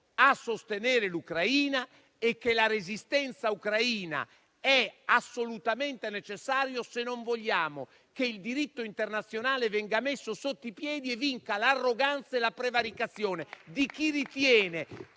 a sostenere l'Ucraina. La resistenza ucraina è assolutamente necessaria, se non vogliamo che il diritto internazionale venga messo sotto i piedi e vincano l'arroganza e la prevaricazione di chi ritiene